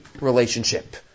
relationship